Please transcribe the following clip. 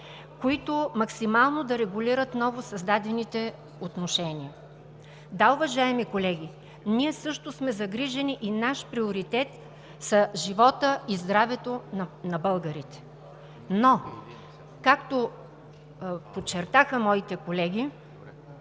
които максимално да регулират новосъздадените отношения. Да, уважаеми колеги, ние също сме загрижени и наш приоритет са животът и здравето на българите, но както подчертаха моите колеги,